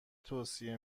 توصیه